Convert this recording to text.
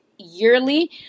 yearly